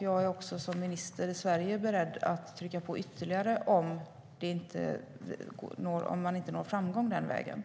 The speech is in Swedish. Jag är också som minister i Sverige beredd att trycka på ytterligare om man inte når framgång den vägen.